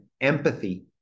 empathy